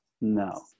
No